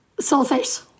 Sulfate